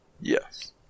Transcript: Yes